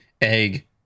egg